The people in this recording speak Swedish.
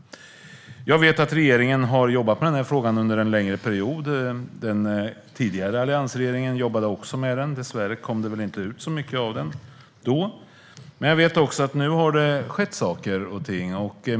Jag vet att regeringen har jobbat med frågan under en längre period. Den tidigare alliansregeringen jobbade också med den. Dessvärre kom det väl inte ut så mycket av det då. Men jag vet att det nu har skett saker och ting.